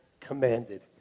commanded